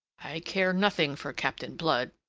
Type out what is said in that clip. i care nothing for captain blood.